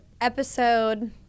episode